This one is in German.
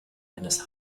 eines